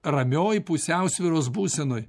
ramioj pusiausvyros būsenoj